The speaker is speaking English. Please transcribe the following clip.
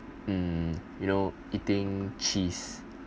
hmm you know eating cheese